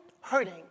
hurting